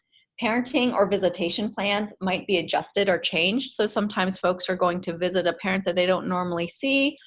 parenting or visitation plans might be adjusted or changed, so sometimes folks are going to visit a parent that they don't normally see,